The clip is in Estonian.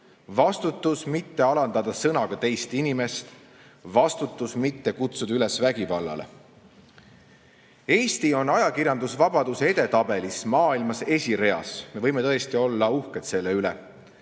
vastutus mitte alandada sõnaga teist inimest, vastutus mitte kutsuda üles vägivallale. Eesti on ajakirjandusvabaduse edetabelis maailmas esireas, me võime tõesti olla uhked selle üle.